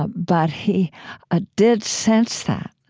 but he ah did sense that.